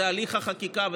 זה הליך החקיקה,